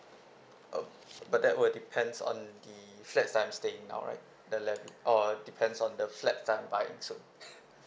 oh but that would depends on the flat I'm staying now right the levy or depends on the flat that I'm buying soon